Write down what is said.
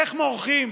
איך מורחים,